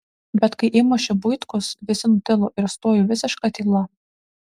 bet kai įmušė buitkus visi nutilo ir stojo visiška tyla